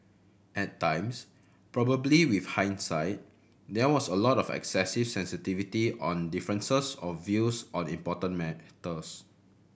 at times probably with hindsight there was a lot of excessive sensitivity on differences of views on important matters